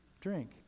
drink